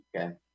okay